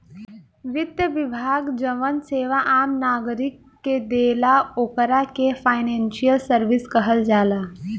वित्त विभाग जवन सेवा आम नागरिक के देला ओकरा के फाइनेंशियल सर्विस कहल जाला